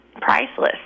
priceless